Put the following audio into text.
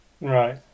right